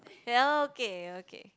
ya lor okay okay